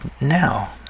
now